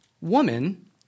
woman